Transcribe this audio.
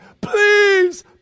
please